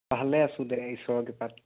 ভালে আছোঁ দে ঈশ্বৰৰ কৃপাত